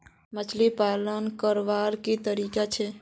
मछली पालन करवार की तरीका छे?